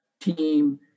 team